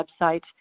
website